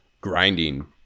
grinding